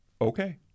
Okay